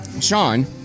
Sean